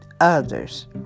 others